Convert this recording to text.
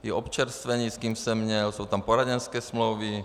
I občerstvení, s kým jsem měl, jsou tam poradenské smlouvy.